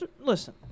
listen